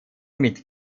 mit